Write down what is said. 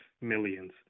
millions